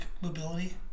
mobility